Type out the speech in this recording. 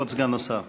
כבוד סגן השר.